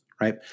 right